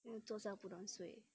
因为坐下不能睡